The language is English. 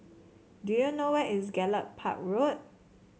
do you know where is Gallop Park Road